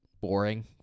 boring